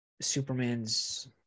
Superman's –